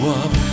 up